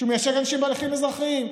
הוא מייצג אנשים בהליכים אזרחיים.